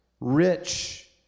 rich